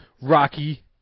Rocky